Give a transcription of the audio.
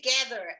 together